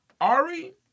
Ari